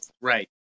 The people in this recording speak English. Right